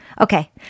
Okay